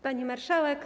Pani Marszałek!